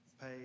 Pay